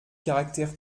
caractère